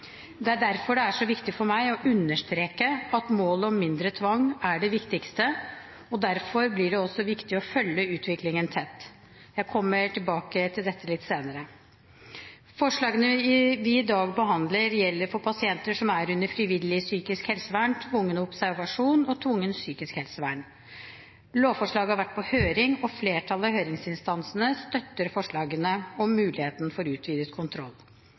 Det er derfor det er så viktig for meg å understreke at målet om mindre tvang er det viktigste, og derfor blir det også viktig å følge utviklingen tett. Jeg kommer tilbake til dette litt senere. Forslagene vi i dag behandler, gjelder for pasienter som er under frivillig psykisk helsevern, tvungen observasjon og tvungent psykisk helsevern. Lovforslaget har vært på høring, og flertallet av høringsinstansene støtter forslagene om muligheten for utvidet kontroll.